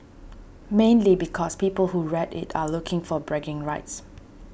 mainly because people who red it are looking for bragging rights